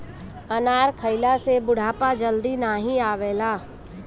अनार खइला से बुढ़ापा जल्दी नाही आवेला